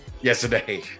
yesterday